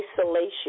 Isolation